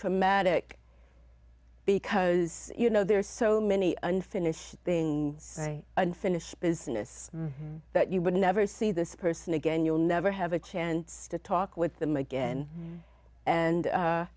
dramatic because you know there's so many unfinished things unfinished business that you would never see this person again you'll never have a chance to talk with them again and